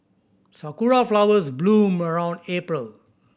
sakura flowers bloom around April